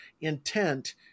intent